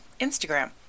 Instagram